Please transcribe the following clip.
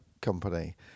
company